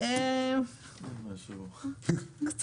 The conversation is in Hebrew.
אני נותן לך עוד הזדמנות, כי